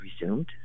resumed